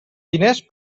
diners